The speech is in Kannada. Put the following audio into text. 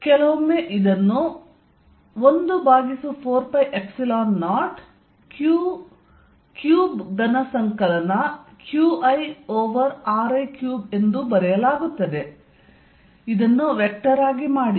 Fnet14π0qQiri2ri ಕೆಲವೊಮ್ಮೆ ಇದನ್ನು 1 ಓವರ್ 4π0 q ಕ್ಯೂಬ್ ಘನ ಸಂಕಲನ Qi ಓವರ್ ri3 ಎಂದು ಬರೆಯಲಾಗುತ್ತದೆ ಮತ್ತು ಇದನ್ನು ವೆಕ್ಟರ್ ಆಗಿ ಮಾಡಿ